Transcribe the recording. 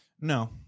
No